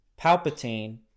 Palpatine